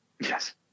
Yes